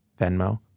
Venmo